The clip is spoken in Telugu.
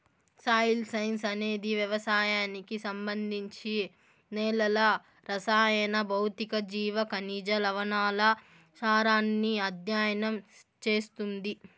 సాయిల్ సైన్స్ అనేది వ్యవసాయానికి సంబంధించి నేలల రసాయన, భౌతిక, జీవ, ఖనిజ, లవణాల సారాన్ని అధ్యయనం చేస్తుంది